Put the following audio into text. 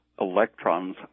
electrons